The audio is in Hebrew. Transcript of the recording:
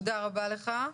תודה רבה לך.